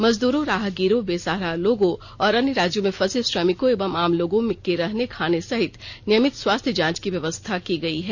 मजदूरों राहगीरों बेसहारा लोगों और अन्य राज्यों से फंसे श्रमिकों एवं आम लोगों के रहने खाने सहित नियमित स्वास्थ्य जांच की व्यवस्था की गई है